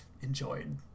enjoyed